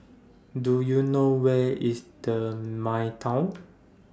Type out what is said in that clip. Do YOU know Where IS The Midtown